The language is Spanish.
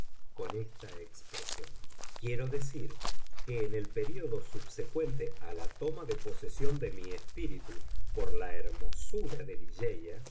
con esta expresión quiero decir que en el período subsecuente a la toma de posesión de mi espíritu por la hermosura de